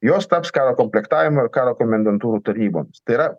jos taps karo komplektavimo ir karo komendantūrų tarnybom tai yra